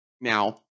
Now